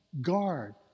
Guard